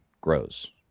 grows